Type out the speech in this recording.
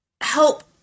help